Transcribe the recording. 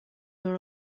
your